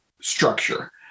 structure